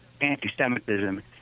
anti-Semitism